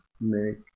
make